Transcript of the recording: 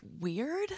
weird